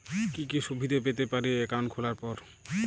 কি কি সুবিধে পেতে পারি একাউন্ট খোলার পর?